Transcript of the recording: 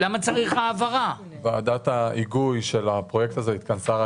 גם הצגת התכנית של מענה של המשרד למצבי חירום,